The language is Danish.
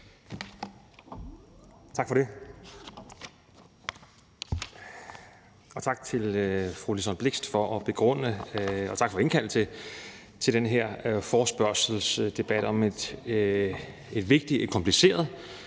Tak for det.